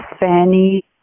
Fanny